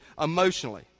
emotionally